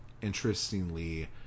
interestingly